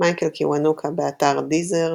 מייקל קיוונוקה, באתר דיזר